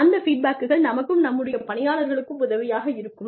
அந்த ஃபீட்பேக்கள் நமக்கும் நம்முடைய பணியாளர்களுக்கும் உதவியாக இருக்கும்